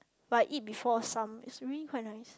but I eat before some it's really quite nice